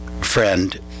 friend